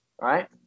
right